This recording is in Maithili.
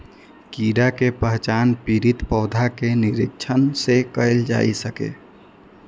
कीड़ा के पहचान पीड़ित पौधा के निरीक्षण सं कैल जा सकैए